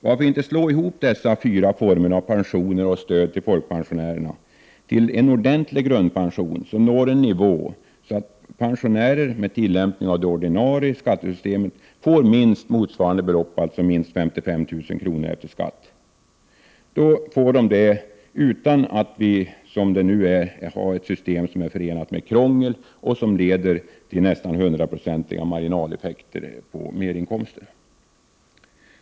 Varför inte slå ihop dessa former av pension och stöd åt folkpensionärerna till en ordentlig grundpension på en sådan nivå att pensionärer med tillämpning av det ordinarie skattesystemet får minst motsvarande belopp, dvs. 55 000 kr., efter skatt? Då skulle de få denna inkomst utan att vi, som nu är fallet, har ett system som är förenat med krångel och som leder till nästan hundraprocentiga marginaleffekter på merinkomster.